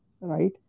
right